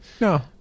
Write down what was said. No